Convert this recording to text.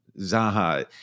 Zaha